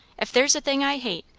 if there's a thing i hate,